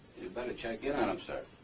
better check in on him, sir.